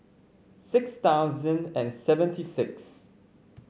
six thousand and seventy sixth